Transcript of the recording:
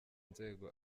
nzego